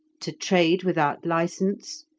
to trade without license,